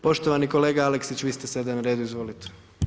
Poštovani kolega Aleksić, vi ste sada na redu, izvolite.